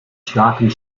starken